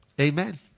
amen